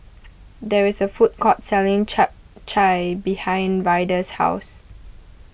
there is a food court selling Chap Chai behind Ryder's house